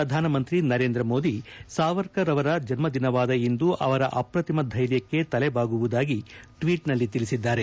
ಪ್ರಧಾನಮಂತ್ರಿ ನರೇಂದ್ರಮೋದಿ ಸಾವರ್ಕರ್ ಅವರ ಜನ್ದಿನವಾದ ಇಂದು ಅವರ ಅಪ್ರತಿಮ ಧೈರ್ಯಕ್ಕೆ ತಲೆಬಾಗುವುದಾಗಿ ಟ್ವೀಟ್ನಲ್ಲಿ ತಿಳಿಸಿದ್ದಾರೆ